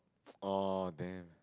oh damn